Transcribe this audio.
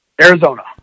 Arizona